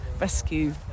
rescue